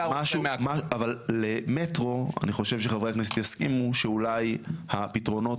אבל למטרו אני חושב שחברי הכנסת יסכימו שאולי הפתרונות